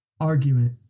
argument